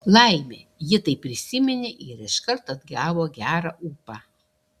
laimė ji tai prisiminė ir iškart atgavo gerą ūpą